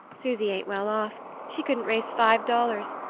susy ain't well off she couldn't raise five dollars,